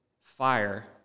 fire